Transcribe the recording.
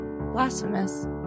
blasphemous